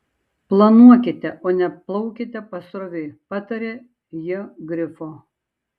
planuokite o ne plaukite pasroviui pataria j grifo